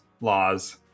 laws